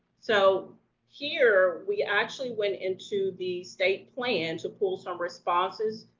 so here, we actually went into the state plan to pull some responses,